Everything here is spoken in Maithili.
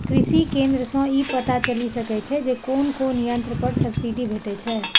कृषि केंद्र सं ई पता चलि सकै छै जे कोन कोन यंत्र पर सब्सिडी भेटै छै